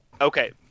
okay